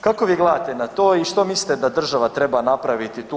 Kako vi gledate na to i što mislite da država treba napraviti tu?